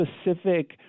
specific